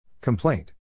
Complaint